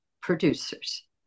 producers